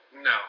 no